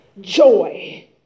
joy